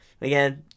Again